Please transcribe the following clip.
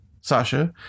Sasha